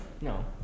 No